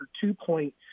two-point